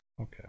Okay